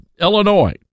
Illinois